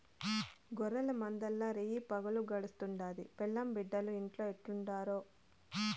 గొర్రెల మందల్ల రేయిపగులు గడుస్తుండాది, పెండ్లాం బిడ్డలు ఇంట్లో ఎట్టుండారో